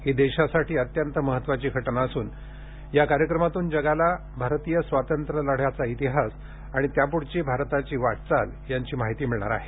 ही देशासाठी अत्यंत महत्वाची घटना असून या कार्यक्रमातून जगाला भारतीय स्वातंत्र्यलढ्याचा इतिहास आणि त्यापुढची भारताची वाटचाल याची माहिती मिळणार आहे